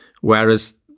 Whereas